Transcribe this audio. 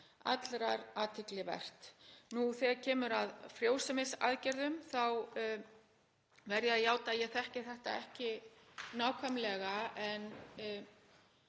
allrar athygli vert. Þegar kemur að frjósemisaðgerðum þá verð ég að játa að ég þekki þetta ekki nákvæmlega og